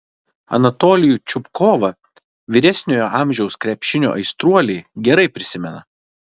anatolijų čupkovą vyresniojo amžiaus krepšinio aistruoliai gerai prisimena